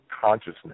consciousness